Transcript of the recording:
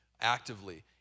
actively